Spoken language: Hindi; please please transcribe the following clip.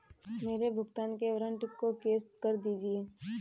मेरे भुगतान के वारंट को कैश कर दीजिए